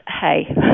hey